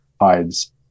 hides